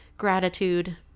gratitude